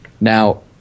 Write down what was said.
now